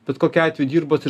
bet kokiu atveju dirbot ir